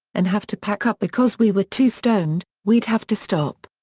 and have to pack up because we were too stoned, we'd have to stop.